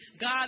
god